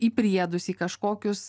į priedus į kažkokius